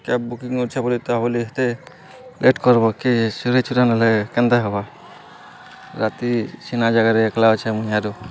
cab booking ଅଛେ ବୋଲି ତା ବୋଲି ଏତେ ଲେଟ୍ କର୍ବ କି ଚୁରେଇ ଚୂରା ନେଲେ କେନ୍ତା ହେବା ରାତି ଛିନା ଜାଗାରେ ଏକ୍ଲା ଅଛେଁ ମୁଇଁ ଆରୁ